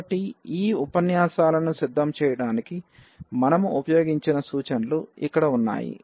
కాబట్టి ఈ ఉపన్యాసాలను సిద్ధం చేయడానికి మనము ఉపయోగించిన సూచనలు ఇక్కడ ఉన్నాయి